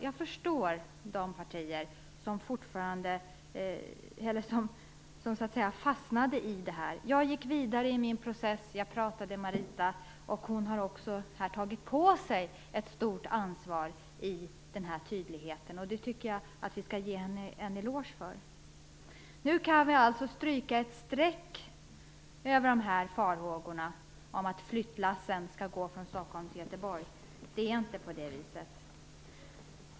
Jag förstår de partier som fastnade i det här. Jag gick dock vidare, och jag pratade med Marita Ulvskog. Hon har också här tagit på sig ett stort ansvar för det här med tydligheten, och det tycker jag att vi skall ge henne en eloge för. Nu kan vi alltså stryka ett streck över farhågorna om att flyttlassen skall gå från Stockholm till Göteborg. Det är inte på det viset.